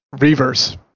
Reverse